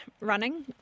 running